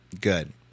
Good